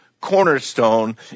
cornerstone